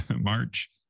March